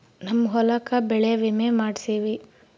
ನಮ್ ಹೊಲಕ ಬೆಳೆ ವಿಮೆ ಮಾಡ್ಸೇವಿ